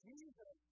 Jesus